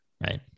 right